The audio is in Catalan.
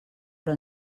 però